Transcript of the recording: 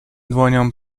dłonią